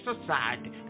society